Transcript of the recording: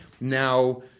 now